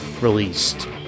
released